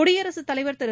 குடியரசுத் தலைவர் திரு